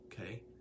Okay